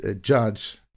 judge